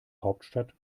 hauptstadt